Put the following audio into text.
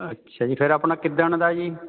ਅੱਛਾ ਜੀ ਫਿਰ ਆਪਣਾ ਕਿੱਦਣ ਦਾ ਜੀ